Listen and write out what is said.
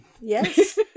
Yes